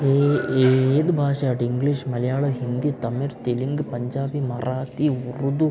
ഏത് ഭാഷ ആവട്ടെ ഇംഗ്ലീഷ് മലയാളം ഹിന്ദി തമിഴ് തെലുങ്ക് പഞ്ചാബി മറാത്തി ഉറുദു